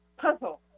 puzzle